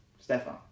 Stefan